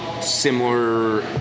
similar